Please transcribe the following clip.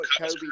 Kobe